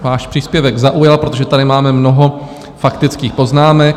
Váš příspěvek zaujal, protože tady máme mnoho faktických poznámek.